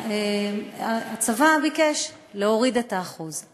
והצבא ביקש להוריד את האחוז,